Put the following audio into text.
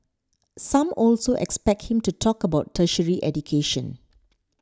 some also expect him to talk about tertiary education